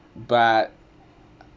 but